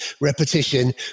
repetition